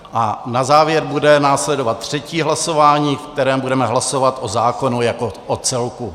A na závěr bude následovat třetí hlasování, ve kterém budeme hlasovat o zákonu jako o celku.